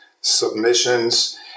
submissions